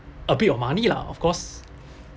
a bit of money lah of course